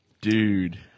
Dude